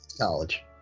college